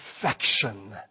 perfection